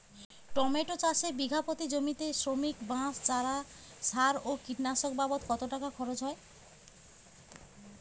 Tomato চাষে বিঘা প্রতি জমিতে শ্রমিক, বাঁশ, চারা, সার ও কীটনাশক বাবদ কত টাকা খরচ হয়?